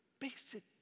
basic